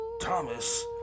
Thomas